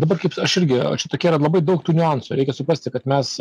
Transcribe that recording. dabar kaip aš irgi čia tokia yra labai daug tų niuansų reikia suprasti kad mes